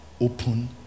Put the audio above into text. Open